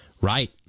Right